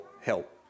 help